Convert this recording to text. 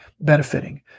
benefiting